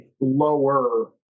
lower